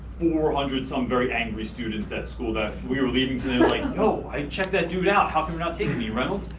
four hundred some very angry students at school that, we were leaving soon, like no i checked that dude out, how come you're not taking me, reynolds.